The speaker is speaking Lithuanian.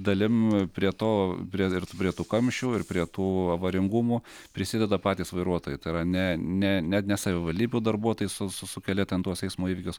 dalim prie to prie ir prie tų kamščių ir prie tų avaringumų prisideda patys vairuotojai tai yra ne ne ne ne savivaldybių darbuotojai su su sukelia ten tuos eismo įvykius